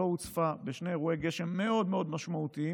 לא הוצפה בשני אירועי גשם מאוד מאוד משמעותיים